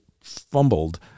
fumbled